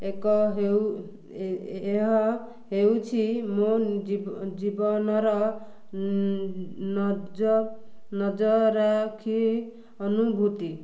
ଏକ ହେଉ ଏହା ହେଉଛି ମୋ ଜୀବନର ନଜରାଖି ଅନୁଭୂତି